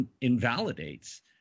invalidates